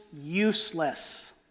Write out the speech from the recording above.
useless